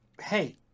hey